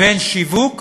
בין שיווק